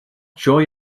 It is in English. joy